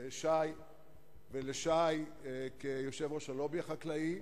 החקלאות, ולשי, כיושב-ראש הלובי החקלאי.